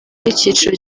n’icyiciro